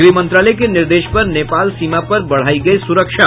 गृह मंत्रालय के निर्देश पर नेपाल सीमा पर बढ़ायी गयी सुरक्षा